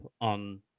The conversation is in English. on